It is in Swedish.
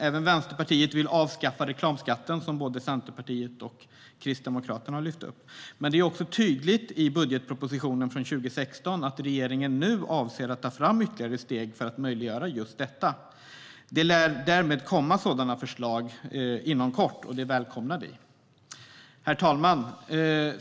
Även Vänsterpartiet vill avskaffa reklamskatten som både Centerpartiet och Kristdemokraterna har lyft upp. Det är tydligt i budgetpropositionen för 2016 att regeringen nu avser att ta ytterligare steg för att möjliggöra just det. Det lär därmed komma sådana förslag inom kort. Det välkomnar vi. Herr talman!